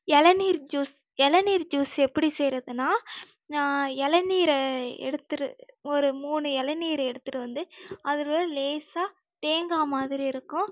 இளநீர் ஜூஸ் இளநீர் ஜூஸ் எப்படி செய்யறதுன்னா இளநீர எடுத்துரு ஒரு மூணு இளநீர் எடுத்துட்டு வந்து அதில் உள்ள லேசா தேங்காய் மாதிரி இருக்கும்